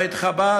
בית-חב"ד.